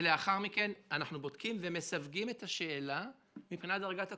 לאחר מכן אנחנו בודקים ומסווגים את השאלה מבחינת דרגת הקושי: